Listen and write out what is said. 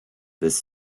this